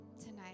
tonight